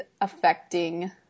affecting